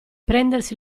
prendersi